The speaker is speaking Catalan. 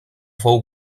fou